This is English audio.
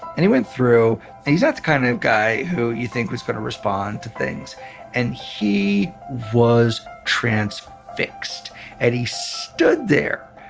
and he went through and he's not the kind of guy who you think was going to respond to things and he was transfixed and he stood there.